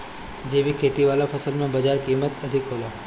जैविक खेती वाला फसल के बाजार कीमत अधिक होला